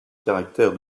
caractère